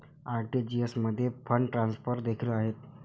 RTGS मध्ये fund transfer देखील आहेत